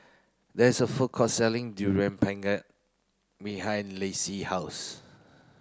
there is a food court selling durian pengat behind Lacie house